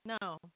No